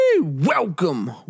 Welcome